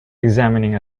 examining